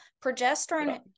Progesterone